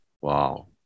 Wow